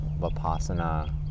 vipassana